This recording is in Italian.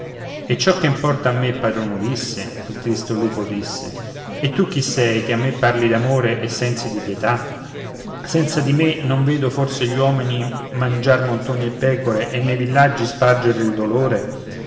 e ciò che importa a me padrone ulisse il tristo lupo disse e tu chi sei che a me parli d'amore e sensi di pietà senza di me non vedo forse gli uomini mangiar montoni e pecore e nei villaggi spargere il dolore